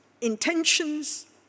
intentions